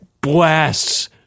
blasts